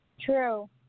True